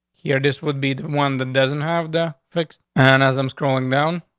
here. this would be one that doesn't have the fixed. and as i'm scrolling down,